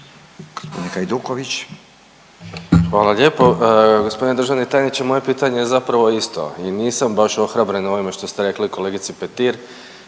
Hvala lijepo.